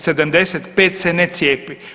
75 se ne cijepi.